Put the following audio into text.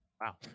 Wow